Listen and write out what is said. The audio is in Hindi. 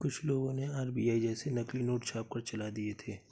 कुछ लोगों ने आर.बी.आई जैसे नकली नोट छापकर चला दिए थे